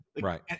Right